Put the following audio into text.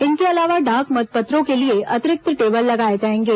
इनके अलावा डाक मतपत्रों के लिए अतिरिक्त टेबल लगाए जाएंगे